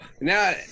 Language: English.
now